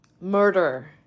murder